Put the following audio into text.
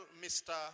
Mr